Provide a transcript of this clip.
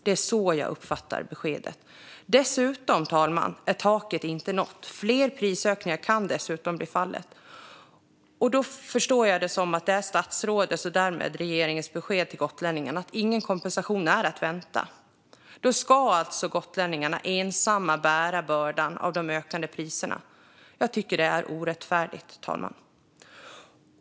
Det är så jag uppfattar beskedet. Fru talman! Taket är inte nått. Fler prisökningar kan bli fallet. Jag förstår att det är statsrådets, och därmed regeringens, besked till gotlänningarna att ingen kompensation är att vänta. Då ska alltså gotlänningarna ensamma bära bördan av de ökande priserna. Jag tycker att det är orättfärdigt.